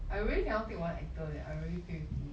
I really cannot think one actor leh I really feel